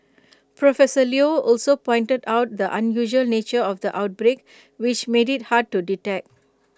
professor Leo also pointed out the unusual nature of the outbreak which made IT hard to detect